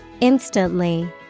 Instantly